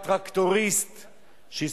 לאחר הפיגוע הטרוריסטי הנורא של בניין התאומים